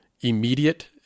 immediate